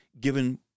given